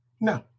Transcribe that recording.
No